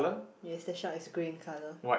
yes the shark is green colour